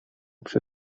przy